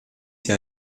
sie